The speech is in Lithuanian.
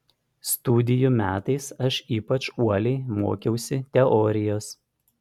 studijų metais aš ypač uoliai mokiausi teorijos